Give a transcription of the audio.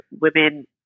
women